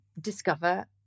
discover